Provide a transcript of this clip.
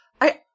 I-